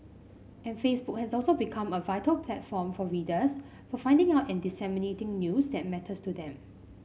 and Facebook has also become a vital platform for readers for finding out and disseminating news that matters to them